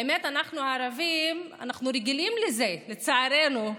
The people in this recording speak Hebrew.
האמת, אנחנו הערבים רגילים לזה, לצערנו,